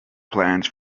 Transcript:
plans